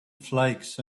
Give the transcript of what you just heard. flakes